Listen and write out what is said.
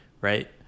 right